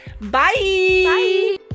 Bye